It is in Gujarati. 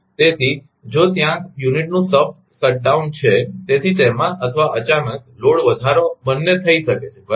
તેથી જો ત્યાં યુનિટ નુ સબ શટ ડાઉન છે તેથી તેમાં અથવા અચાનક લોડ વધારો બંને પણ થઈ શકે છે બરાબર